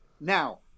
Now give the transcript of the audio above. Now